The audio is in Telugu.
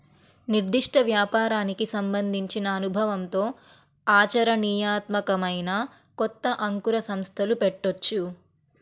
నిర్దిష్ట వ్యాపారానికి సంబంధించిన అనుభవంతో ఆచరణీయాత్మకమైన కొత్త అంకుర సంస్థలు పెట్టొచ్చు